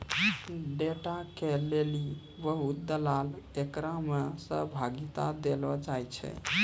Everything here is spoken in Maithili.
डेटा के लेली बहुते दलाल एकरा मे सहभागिता देलो जाय छै